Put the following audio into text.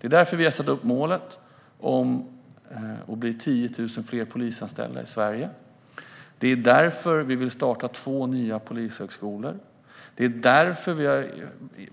Det är därför vi har satt upp målet om att det ska bli 10 000 fler polisanställda i Sverige. Det är därför vi vill starta två nya polishögskolor, det är därför vi har